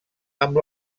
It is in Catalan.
amb